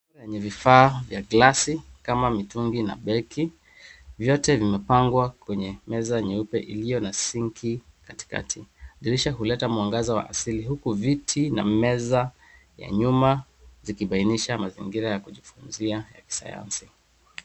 Hizi ni vifaa za glasi kama mitungi na beki. Vyote vimepangwa kwenye meza nyeupe iliyo na sink katikati. Dirisha huleta mwanga wa asili huku viti na meza ya nyuma vikibainisha mazingira ya kujifunzia ya kisayansi.